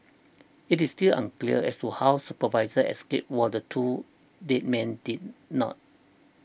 it is still unclear as to how the supervisor escaped while the two dead men did not